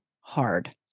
hard